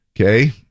Okay